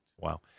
Wow